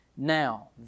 Now